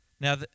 Now